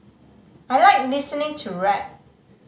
I like listening to rap